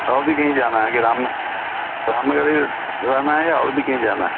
اور بھی کہیں جانا ہے کہ رام رام نگر ہی رہنا ہے یا اور بھی کہیں جانا ہے